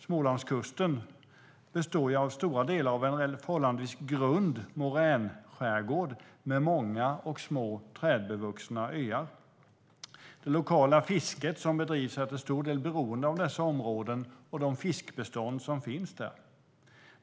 Smålandskusten består till stora delar av en förhållandevis grund moränskärgård med många och små trädbevuxna öar. Det lokala fisket som bedrivs är till stor del beroende av dessa områden och de fiskbestånd som finns där.